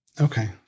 Okay